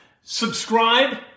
subscribe